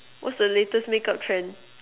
what's the latest makeup trend